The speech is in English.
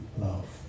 love